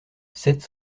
sept